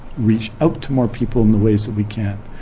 reach out to more people in the ways that we can,